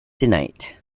tonight